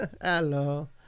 hello